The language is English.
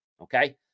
Okay